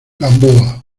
gamboa